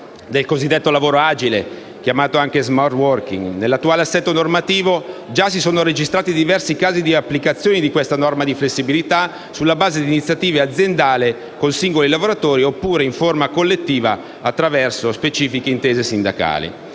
Nell’attuale assetto normativo si sono già registrati diversi casi di applicazione di questa forma di flessibilità, sulla base di iniziative aziendali con i singoli lavoratori oppure in forma collettiva attraverso specifiche inte